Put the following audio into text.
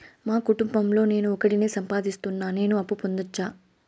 మా కుటుంబం లో నేను ఒకడినే సంపాదిస్తున్నా నేను అప్పు పొందొచ్చా